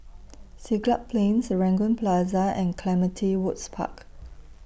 Siglap Plain Serangoon Plaza and Clementi Woods Park